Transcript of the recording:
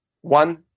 one